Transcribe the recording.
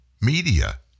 media